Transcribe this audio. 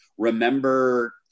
Remember